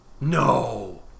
No